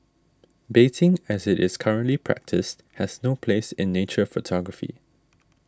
baiting as it is currently practised has no place in nature photography